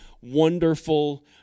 wonderful